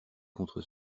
contre